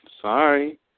Sorry